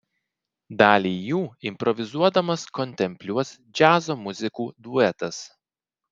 dalį jų improvizuodamas kontempliuos džiazo muzikų duetas